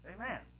Amen